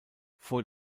vor